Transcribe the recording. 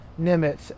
Nimitz